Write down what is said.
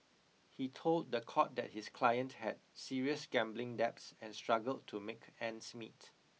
he told the court that his client had serious gambling debts and struggled to make ends meet